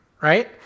right